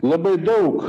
labai daug